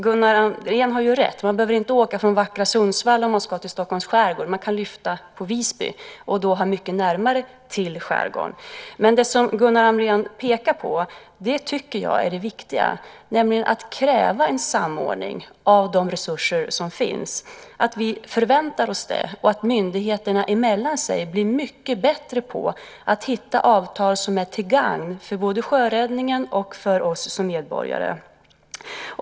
Gunnar Andrén har alltså rätt: Man behöver inte åka från vackra Sundsvall om man ska till Stockholms skärgård - man kan lyfta från Visby och då ha mycket närmare till skärgården. Men det som Gunnar Andrén pekar på tycker jag är det viktiga, nämligen att kräva en samordning av de resurser som finns, att vi förväntar oss det och att myndigheterna emellan sig blir mycket bättre på att hitta avtal som är till gagn både för sjöräddningen och för oss som medborgare.